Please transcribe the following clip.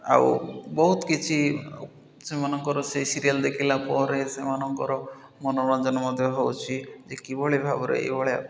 ଆଉ ବହୁତ କିଛି ସେମାନଙ୍କର ସେଇ ସିରିଏଲ୍ ଦେଖିଲା ପରେ ସେମାନଙ୍କର ମନୋରଞ୍ଜନ ମଧ୍ୟ ହେଉଛି ଯେ କିଭଳି ଭାବରେ ଏଇଭଳିଆ